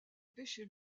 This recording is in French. pêcher